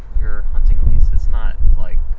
your hunting lease, it's not like